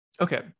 Okay